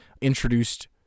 introduced